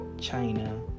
China